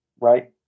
right